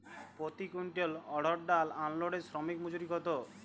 প্রতি কুইন্টল অড়হর ডাল আনলোডে শ্রমিক মজুরি কত?